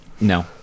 No